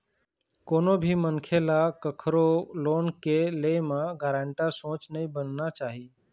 कोनो भी मनखे ल कखरो लोन के ले म गारेंटर सोझ नइ बनना चाही